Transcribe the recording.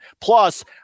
Plus